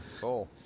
cool